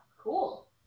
Cool